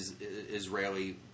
Israeli